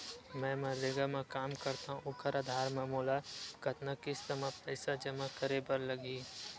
मैं मनरेगा म काम करथव, ओखर आधार म मोला कतना किस्त म पईसा जमा करे बर लगही?